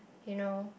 you know